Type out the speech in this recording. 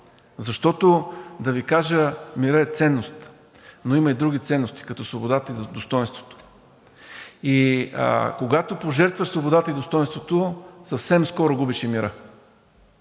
Защото, да Ви кажа, мирът е ценност, но има и други ценности, като свободата и достойнството. И когато пожертваш свободата и достойнството, съвсем скоро губиш и мира,